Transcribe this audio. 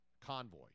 Convoy